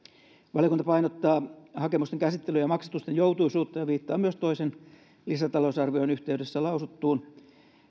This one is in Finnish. valiokunta painottaa hakemusten käsittelyn ja maksatusten joutuisuutta ja viittaa myös toisen lisätalousarvion yhteydessä lausuttuun